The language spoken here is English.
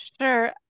Sure